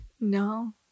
No